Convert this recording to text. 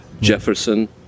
Jefferson